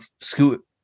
Scoot